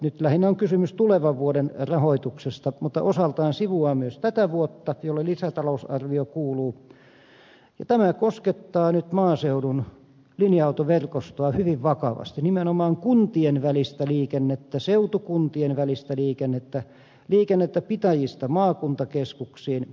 nyt lähinnä on kysymys tulevan vuoden rahoituksesta mutta osaltaan sivuaa myös tätä vuotta jolle lisätalousarvio kuuluu ja tämä koskettaa nyt maaseudun linja autoverkostoa hyvin vakavasti nimenomaan kuntien välistä liikennettä seutukuntien välistä liikennettä liikennettä pitäjistä maakuntakeskuksiin